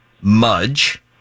Mudge